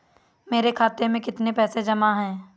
मेरे खाता में कितनी पैसे जमा हैं?